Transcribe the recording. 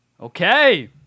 Okay